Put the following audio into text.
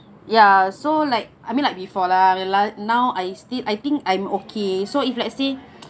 ya so like I mean like before lah now I still I think I'm okay so if let's say